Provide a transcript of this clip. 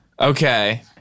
Okay